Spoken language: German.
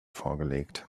vorgelegt